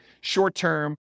short-term